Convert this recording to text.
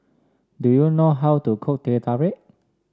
do you know how to cook Teh Tarik